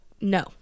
No